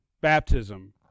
baptism